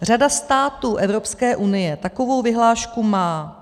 Řada států Evropské unie takovou vyhlášku má.